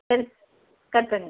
சரி கட் பண்ணுங்க